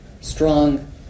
strong